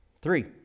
Three